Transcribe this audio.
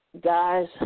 Guys